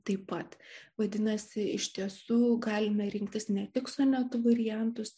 taip pat vadinasi iš tiesų galime rinktis ne tik sonetų variantus